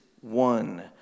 one